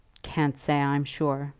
can't say, i'm sure,